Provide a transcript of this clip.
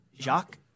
Jacques